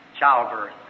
childbirth